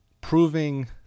proving